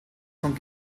von